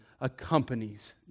accompanies